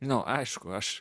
na aišku aš